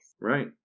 Right